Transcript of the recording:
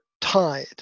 tied